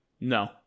No